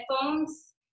headphones